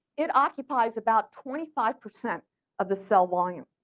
it occupies about twenty five percent of the cell volume.